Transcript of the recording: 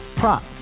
prop